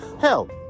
Hell